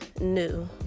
new